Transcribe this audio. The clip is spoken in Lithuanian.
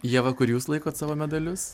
ieva kur jūs laikot savo medalius